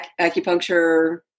acupuncture